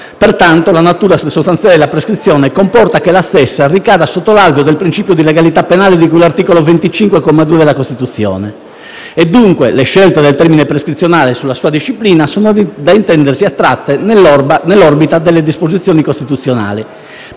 Pertanto la natura sostanziale della prescrizione comporta che la stessa ricada sotto l'alveo del principio di legalità penale di cui all'articolo 25, comma 2, della Costituzione e dunque le scelte del termine prescrizionale sulla sua disciplina sono da intendersi attratte nell'orbita delle disposizioni costituzionali,